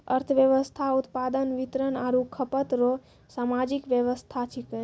अर्थव्यवस्था उत्पादन वितरण आरु खपत रो सामाजिक वेवस्था छिकै